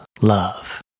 love